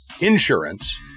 insurance